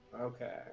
Okay